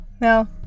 no